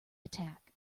attack